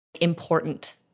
important